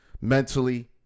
mentally